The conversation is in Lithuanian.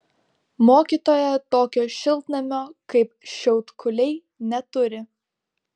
mokytoja tokio šiltnamio kaip šiaudkuliai neturi